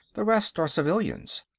the rest are civilians.